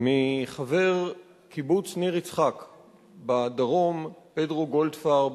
מחבר קיבוץ ניר-יצחק בדרום, פדרו גולדפרב,